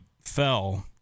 fell